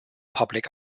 public